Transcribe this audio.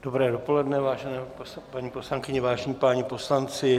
Dobré dopoledne, vážené paní poslankyně, vážení páni poslanci.